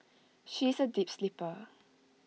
she is A deep sleeper